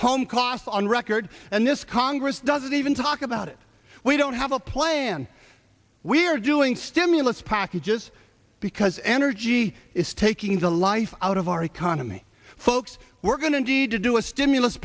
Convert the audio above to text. home costs on record and this congress doesn't even talk about it we don't have a plan we're doing stimulus packages because energy is taking the life out of our economy folks we're going to need to do a stimulus